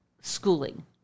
schooling